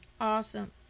Awesome